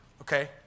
okay